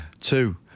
Two